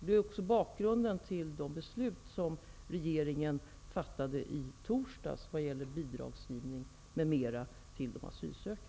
Det är också bakgrunden till de beslut som regeringen fattade i torsdags vad gäller bidrag m.m.